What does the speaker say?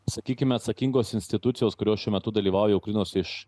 sakykime atsakingos institucijos kurios šiuo metu dalyvauja ukrainos iš